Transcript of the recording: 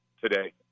today